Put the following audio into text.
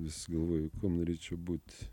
vis galvoju kuom norėčiau būt